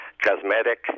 cosmetic